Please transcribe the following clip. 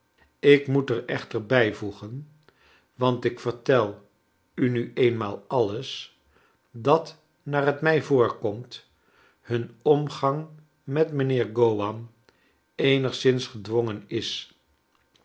ik moet er echter bijvoegen want ik vertel u nu eenmaal alles dat naar het mij voorkomt hun omgang met mijnheer crowan eenigszins gedwongen is